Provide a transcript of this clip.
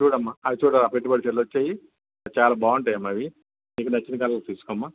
చూడు అమ్మా అది చూడు పెట్టుబడి చీరలు వచ్చాయి చాలా బాగుంటాయి అమ్మా అవి మీకు నచ్చిన కలర్ తీసుకో అమ్మా